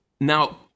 Now